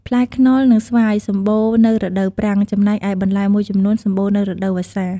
ផ្លែខ្នុរ និងស្វាយសម្បូរនៅរដូវប្រាំង ចំណែកឯបន្លែមួយចំនួនសម្បូរនៅរដូវវស្សា។